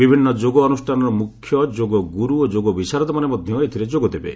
ବିଭିନ୍ନ ଯୋଗ ଅନୁଷ୍ଠାନର ମୁଖ୍ୟ ଯୋଗଗ୍ରର୍ତ ଓ ଯୋଗ ବିଶାରଦମାନେ ମଧ୍ୟ ଏଥିରେ ଯୋଗ ଦେବେ